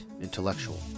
intellectual